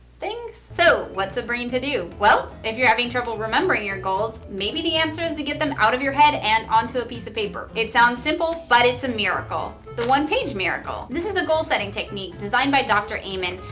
things? so, what's a brain to do? well, if you're having trouble with your goals maybe the answer is to get them out of your head and on to a piece of paper. it sounds simple but it's a miracle. the one page miracle! this is a goal setting technique designed by dr. amen.